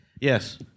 Yes